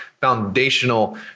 foundational